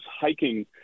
hiking